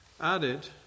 added